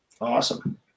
Awesome